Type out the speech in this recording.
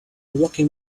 rocking